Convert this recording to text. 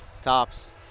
tops